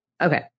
Okay